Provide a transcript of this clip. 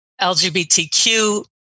LGBTQ